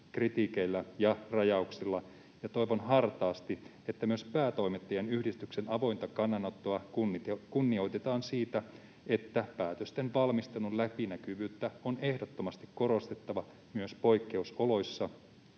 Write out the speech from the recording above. kritiikeillä ja rajauksilla. Toivon hartaasti, että myös Päätoimittajien yhdistyksen avointa kannanottoa kunnioitetaan siinä, että päätösten valmistelun läpinäkyvyyttä on ehdottomasti korostettava myös poikkeusoloissa,